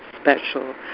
special